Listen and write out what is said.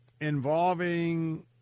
involving